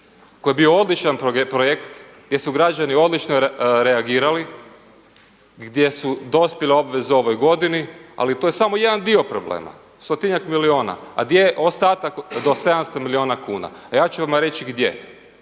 koji je bio odlična projekt gdje su građani odlično reagirali, gdje su dospjele obveze u ovoj godini ali to je samo jedan dio problema, stotinjak milijuna a di je ostatak do 700 milijuna kuna? A ja ću vama reći gdje.